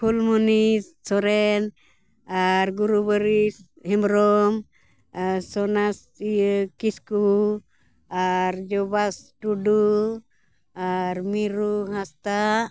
ᱯᱷᱩᱞᱢᱚᱱᱤ ᱥᱚᱨᱮᱱ ᱟᱨ ᱜᱩᱨᱩᱵᱟᱹᱨᱤ ᱦᱮᱢᱵᱨᱚᱢ ᱟᱨ ᱥᱚᱱᱟᱥ ᱤᱭᱟᱹ ᱠᱤᱥᱠᱩ ᱟᱨ ᱡᱳᱵᱟᱥ ᱴᱩᱰᱩ ᱟᱨ ᱢᱤᱨᱩ ᱦᱟᱸᱥᱫᱟ